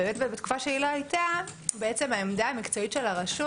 באמת בתקופה שהיא לא הייתה העמדה המקצועית של הרשות